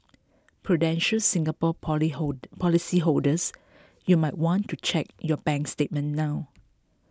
prudential Singapore poly policyholders you might want to check your bank statement now